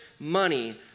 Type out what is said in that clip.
money